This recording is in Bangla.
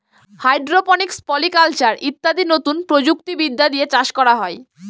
হাইড্রোপনিক্স, পলি কালচার ইত্যাদি নতুন প্রযুক্তি বিদ্যা দিয়ে চাষ করা হয়